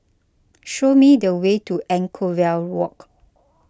show me the way to Anchorvale Walk